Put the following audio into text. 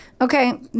okay